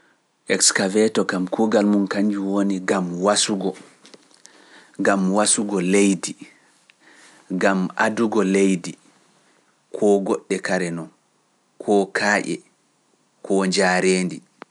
Excaveto kam kuugal mum kanjum woni gam wasugo, gam wasugo leydi, gam adugo leydi, koo goɗɗe kare noon, koo kaaƴe, koo njaareendi.